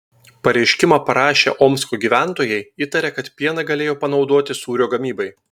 pareiškimą parašę omsko gyventojai įtaria kad pieną galėjo panaudoti sūrio gamybai